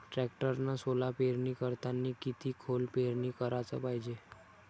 टॅक्टरनं सोला पेरनी करतांनी किती खोल पेरनी कराच पायजे?